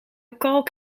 kalk